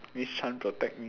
miss Chan protect me